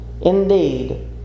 Indeed